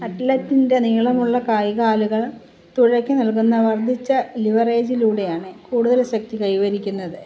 അത്ലറ്റിൻ്റെ നീളമുള്ള കൈകാലുകൾ തുഴയ്ക്കു നൽകുന്ന വർദ്ധിച്ച ലിവറേജിലൂടെയാണ് കൂടുതൽ ശക്തി കൈവരിക്കുന്നത്